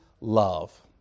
love